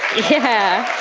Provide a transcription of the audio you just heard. yeah.